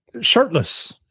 shirtless